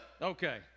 Okay